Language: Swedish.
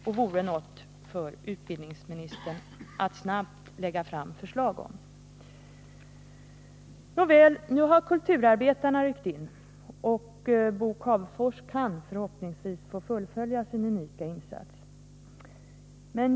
Det vore något för utbildningsministern att snabbt lägga fram förslag om. Nåväl, nu har kulturarbetarna ryckt in, och Bo Cavefors kan förhopp Nr 69 ningsvis få fullfölja sin unika insats.